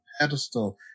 pedestal